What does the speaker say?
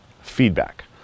feedback